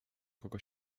kogo